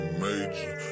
major